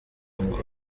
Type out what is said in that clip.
ngo